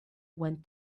went